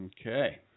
Okay